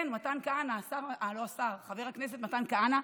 כן, מתן כהנא, השר, לא השר, חבר הכנסת מתן כהנא,